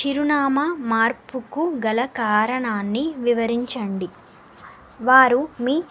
చిరునామా మార్పుకు గలకారణాన్ని వివరించండి వారు మీ